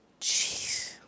Jeez